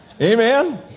Amen